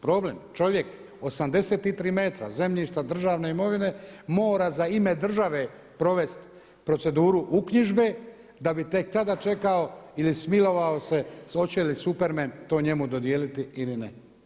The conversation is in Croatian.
Problem, čovjek 83 metra zemljišta državne imovine mora za ime države provest proceduru uknjižbe, da bi tek tada čekao ili smilovao se hoće li Superman to njemu dodijeliti ili ne.